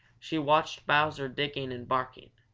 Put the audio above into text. she watched bowser digging and barking.